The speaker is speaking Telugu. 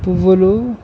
పువ్వులు